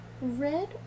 red